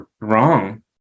wrong